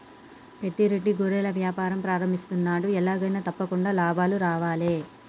పెద్ద రెడ్డి గొర్రెల వ్యాపారం ప్రారంభిస్తున్నాడు, ఎలాగైనా తప్పకుండా లాభాలు రావాలే